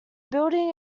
building